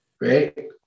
right